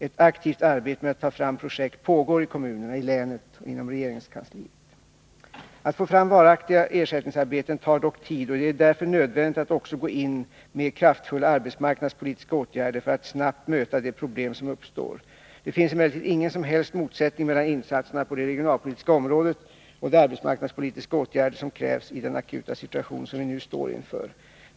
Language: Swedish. Ett aktivt arbete med att ta fram projekt pågår i kommunerna, i länet och inom regeringskansliet. Att få fram varaktiga ersättningsarbeten tar dock tid, och det är därför nödvändigt att också gå in med kraftfulla arbetsmarknadspolitiska åtgärder för att snabbt möta de problem som uppstår. Det finns emellertid ingen som helst motsättning mellan insatserna på det regionalpolitiska området och de arbetsmarknadspolitiska åtgärder som krävs i den akuta situation som vi nu står inför.